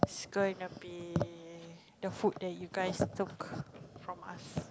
it's going to be the food that you guys took from us